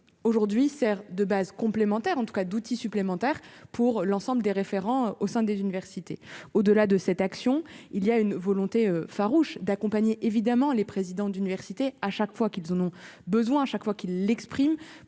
aujourd'hui sert de base complémentaires en tout cas d'outils supplémentaires pour l'ensemble des référents au sein des universités, au-delà de cette action, il y a une volonté farouche d'accompagner évidemment les présidents d'université à chaque fois qu'ils en ont besoin, à chaque fois qu'il exprime